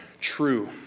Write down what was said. true